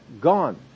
gone